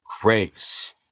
grace